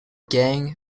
gang